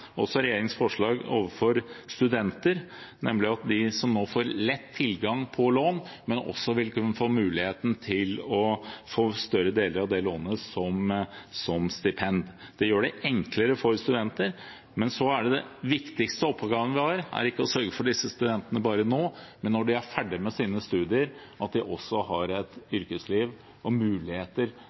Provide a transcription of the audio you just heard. også har forbedret regjeringens forslag overfor studenter, nemlig at de får lett tilgang på lån, men også vil kunne få muligheten til å få større deler av det lånet omgjort til stipend. Det gjør det enklere for studenter. Den viktigste oppgaven vi har, er ikke bare å sørge for disse studentene nå, men også sørge for at de når de er ferdig med sine studier, har et yrkesliv og muligheter